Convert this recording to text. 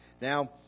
Now